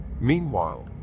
Meanwhile